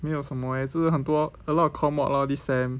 没有什么 eh 就是很多 a lot of core mod lor this sem